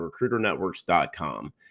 RecruiterNetworks.com